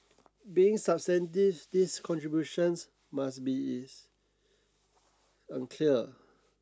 being substantive these contributions must be is unclear